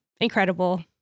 Incredible